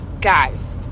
guys